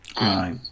right